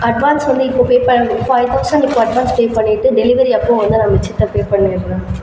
advance வந்து இப்போ pay five thousand advance pay பண்ணிட்டு டெலிவரி அப்போ வந்து மிச்சத்தை பே பண்ணிடறேன்